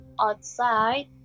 outside